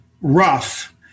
rough